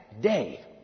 Day